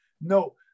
no